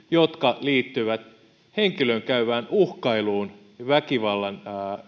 jotka liittyvät henkilöön käyvään uhkailuun väkivallalla